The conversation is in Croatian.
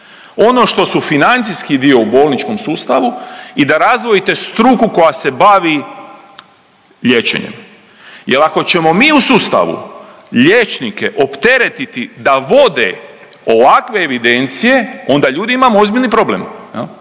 ono što su financijski dio u bolničkom sustavu i da razdvojite struku koja se bavi liječenjem, jer ako ćemo mi u sustavu liječnike opteretiti da vode ovakve evidencije onda ljudi imamo ozbiljan problem